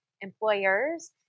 employers